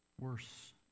worse